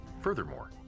Furthermore